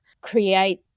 create